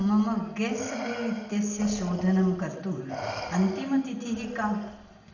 मम gas bill इत्यस्य शोधनं कर्तुम् अन्तिमतिथिः का